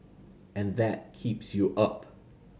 and that keeps you up